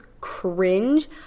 cringe